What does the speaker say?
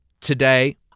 Today